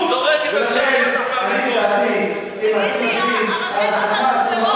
"חמאס" מדבר